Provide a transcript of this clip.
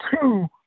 Two